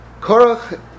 Korach